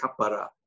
kapara